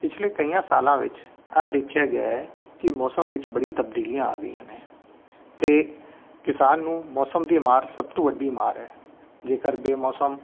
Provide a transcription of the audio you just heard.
ਪਿਛਲੇ ਕਈਆਂ ਸਾਲਾਂ ਵਿੱਚ ਆਹ ਦੇਖਿਆ ਗਿਆ ਹੈ ਕਿ ਮੌਸਮ ਵਿੱਚ ਬੜੀ ਤਬਦੀਲੀਆਂ ਆ ਗਈਆਂ ਨੇ ਅਤੇ ਕਿਸਾਨ ਨੂੰ ਮੌਸਮ ਦੀ ਮਾਰ ਸਭ ਤੋਂ ਵੱਡੀ ਮਾਰ ਹੈ ਜੇਕਰ ਬੇ ਮੌਸਮ